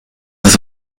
das